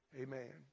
Amen